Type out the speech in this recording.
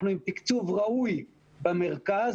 אנחנו עם תקצוב ראוי במרכז,